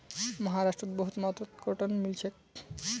महाराष्ट्रत बहुत मात्रात कॉटन मिल छेक